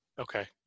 Okay